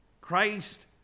Christ